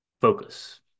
focus